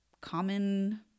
common